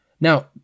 Now